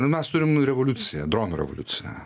nu mes turim nu revoliuciją dronų revoliuciją